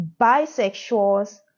bisexuals